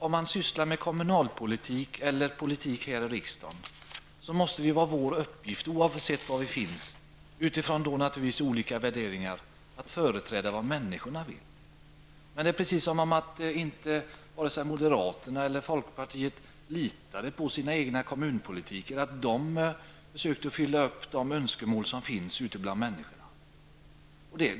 Om vi sysslar med kommunalpolitik eller politik här i riksdagen, måste det vara vår uppgift att utifrån olika värderingar företräda människornas vilja. Men det är som om varken moderaterna eller folkpartiet litade på att deras egna kommunalpolitiker försöker uppfylla de önskemål som finns ute bland människorna.